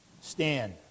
Stand